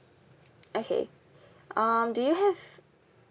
okay um do you have